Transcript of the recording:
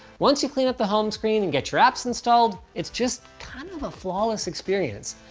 once you clean up the home screen and get your apps installed, it's just kind of a flawless experience.